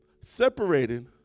Separated